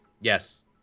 Yes